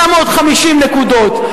950 נקודות.